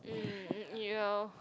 uh ya